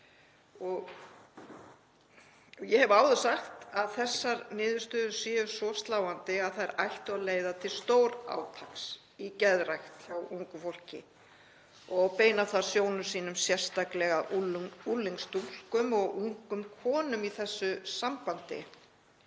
Ég hef áður sagt að þessar niðurstöður séu svo sláandi að þær ættu að leiða til stórátaks í geðrækt hjá ungu fólki og beina þarf sjónum sérstaklega að unglingsstúlkum og ungum konum í þessu sambandi.